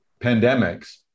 pandemics